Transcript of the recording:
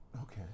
Okay